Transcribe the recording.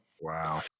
Wow